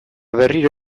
berriro